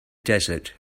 desert